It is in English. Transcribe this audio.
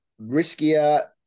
riskier